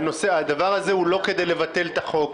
הדבר הזה הוא לא כדי לבטל את החוק,